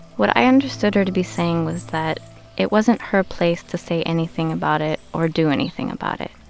what i understood her to be saying was that it wasn't her place to say anything about it or do anything about it.